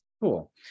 Cool